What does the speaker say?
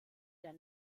der